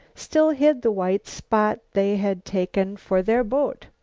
still hid the white spot they had taken for their boat.